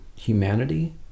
humanity